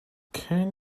can